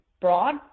broad